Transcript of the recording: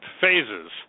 phases